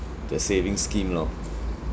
the saving scheme lor